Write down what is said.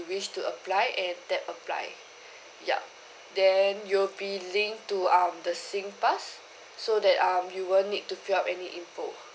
wish to apply and then apply yup then you'll be linked to um the singpass so that um you won't need to fill up any info